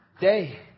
day